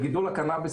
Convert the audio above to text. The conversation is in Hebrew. בגידול הקנאביס,